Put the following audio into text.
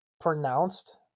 pronounced